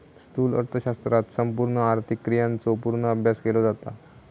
स्थूल अर्थशास्त्रात संपूर्ण आर्थिक क्रियांचो पूर्ण अभ्यास केलो जाता